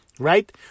Right